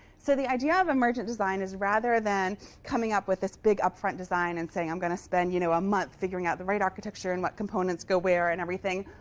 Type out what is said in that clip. so the idea of a merchant design is rather than coming up with this big, upfront design and saying i'm going to spend you know a month figuring out the right architecture and what components go where and everything,